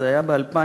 זה היה ב-2003,